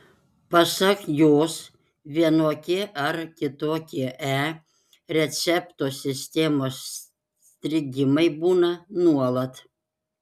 pasak jos vienokie ar kitokie e recepto sistemos strigimai būna nuolat